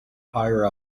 higher